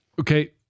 okay